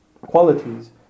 qualities